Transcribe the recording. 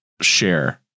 share